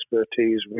expertise